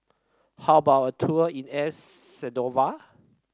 how about a tour in El Salvador